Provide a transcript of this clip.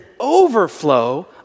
overflow